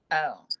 oh,